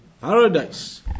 paradise